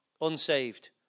Unsaved